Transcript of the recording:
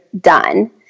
done